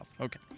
Okay